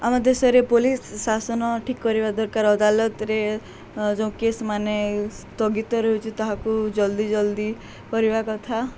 ଆମ ଦେଶରେ ପୋଲିସ୍ ଶାସନ ଠିକ୍ କରିବା ଦରକାର ଅଦାଲତରେ ଯେଉଁ କେସ୍ ମାନ ସ୍ତଗିତ ରହୁଛି ତାହାକୁ ଜଲ୍ଦି ଜଲ୍ଦି କରିବା କଥା